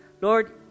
Lord